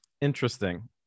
Interesting